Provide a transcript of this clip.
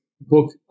book